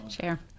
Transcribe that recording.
share